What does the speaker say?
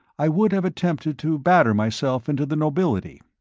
i would have attempted to batter myself into the nobility.